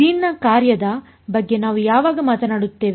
ಗ್ರೀನ್ನ ಕಾರ್ಯದ ಬಗ್ಗೆ ನಾವು ಯಾವಾಗ ಮಾತನಾಡುತ್ತೇವೆ